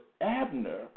Abner